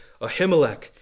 Ahimelech